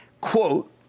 quote